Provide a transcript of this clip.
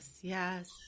yes